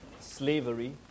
slavery